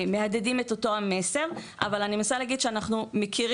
מהדהדים את אותו המסר אבל אני מנסה להגיד שאנחנו מכירים